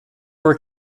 were